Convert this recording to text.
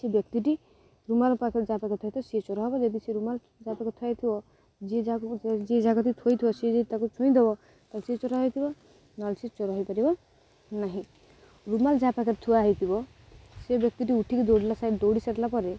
ସେ ବ୍ୟକ୍ତିଟି ରୁମାଲ୍ ପାଖରେ ଯାହା ପାଖେଥିବ ସିଏ ଚୋର ହେବ ଯଦି ସେ ରୁମାଲ୍ ଯାହା ପାଖେ ହେଇଥିବ ଯିଏ ଯାହାକୁ ଯିଏ ଯାହାକୁ ଥୋଇଥିବ ସିଏ ଯଦି ତାକୁ ଛୁଇଁଦେବ ତାହେଲେ ସେ ଚୋର ହେଇଥିବ ନହେଲେ ସିଏ ଚୋର ହେଇପାରିବ ନାହିଁ ରୁମାଲ୍ ଯାହା ପାଖରେ ଥୁଆ ହେଇଥିବ ସେ ବ୍ୟକ୍ତିଟି ଉଠିକି ଦୌଡ଼ିଲା ଦୌଡ଼ି ସାରିଲା ପରେ